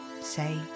Say